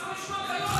תודה.